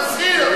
תצהיר.